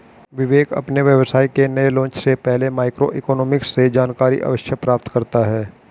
विवेक अपने व्यवसाय के नए लॉन्च से पहले माइक्रो इकोनॉमिक्स से जानकारी अवश्य प्राप्त करता है